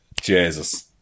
Jesus